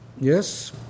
Yes